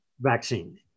Vaccine